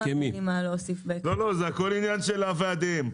אין לי מה להוסיף --- זה הכול עניין של הוועדים.